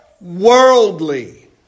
worldly